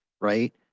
right